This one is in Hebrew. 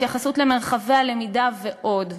התייחסות למרחבי הלמידה ועוד.